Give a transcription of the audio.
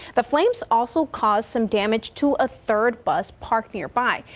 the flames also caused some damage to a third bus parked nearby.